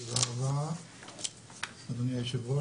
(הצגת מצגת) תודה רבה אדוני היושב-ראש.